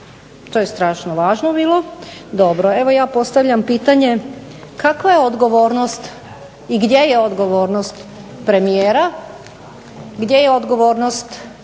To je strašno važno bilo. Dobro. Evo ja postavljam pitanje, kakva je odgovornost i gdje je odgovornost premijera, gdje je odgovornost